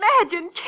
Imagine